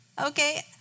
Okay